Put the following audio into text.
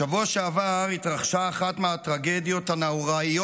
בשבוע שעבר התרחשה אחת מהטרגדיות הנוראיות